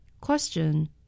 Question